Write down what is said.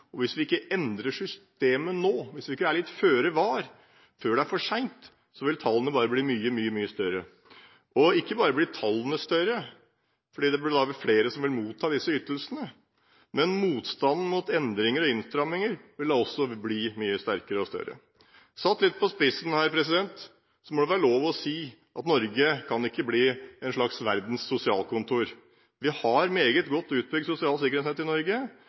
og hvis vi ikke endrer systemet nå – hvis vi ikke er litt føre var før det er for sent – vil tallene bare bli mye, mye større. Og ikke bare blir tallene større, fordi det da vil bli flere som vil motta disse ytelsene, men motstanden mot endringer og innstramminger vil også bli mye sterkere og større. Satt litt på spissen må det være lov å si at Norge ikke kan bli et slags verdens sosialkontor. Vi har et meget godt utbygd sosialt sikkerhetsnett i Norge